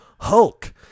Hulk